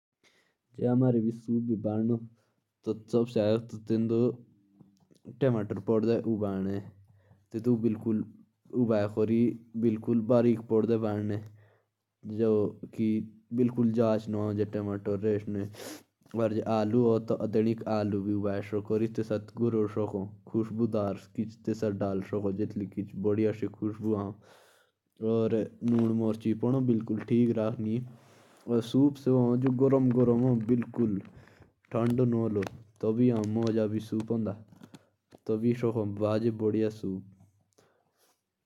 अगर ह़में सूप बनाना है तो उसमें नमक की मात्रा का ज़्यादा ध्यान देना है। और पानी का तो ख़ासकर ।